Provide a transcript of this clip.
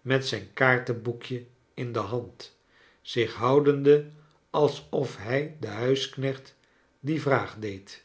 met zijn kaartenboekje in de hand zic'h houdende alsof hij den huisknecht die vraag deed